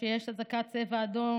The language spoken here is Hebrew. כשיש אזעקת צבע אדום,